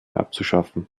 abzuschaffen